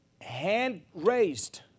hand-raised